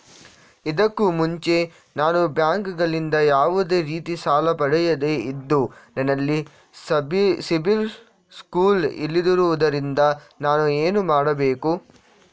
ಇದಕ್ಕೂ ಮುಂಚೆ ನಾನು ಬ್ಯಾಂಕ್ ಗಳಿಂದ ಯಾವುದೇ ರೀತಿ ಸಾಲ ಪಡೆಯದೇ ಇದ್ದು, ನನಲ್ಲಿ ಸಿಬಿಲ್ ಸ್ಕೋರ್ ಇಲ್ಲದಿರುವುದರಿಂದ ನಾನು ಏನು ಮಾಡಬೇಕು?